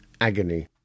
agony